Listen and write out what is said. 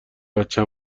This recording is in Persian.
بچه